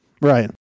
right